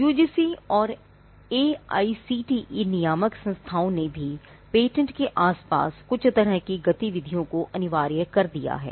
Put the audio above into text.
UGC और AICTE नियामक संस्थाओं ने भी पेटेंट के आसपास कुछ तरह की गतिविधि को अनिवार्य कर दिया है